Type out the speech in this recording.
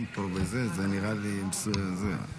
תראה במסך.